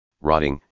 rotting